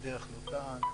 "דרך לוטן",